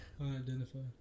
Unidentified